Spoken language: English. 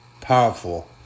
powerful